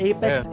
Apex